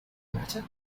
matter